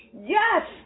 Yes